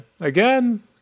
again